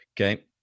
okay